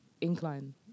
incline